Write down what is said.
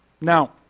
Now